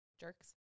jerks